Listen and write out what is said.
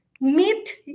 Meet